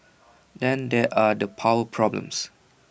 then there are the power problems